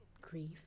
grief